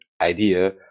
idea